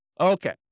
Okay